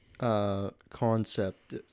Concept